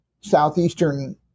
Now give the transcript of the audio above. southeastern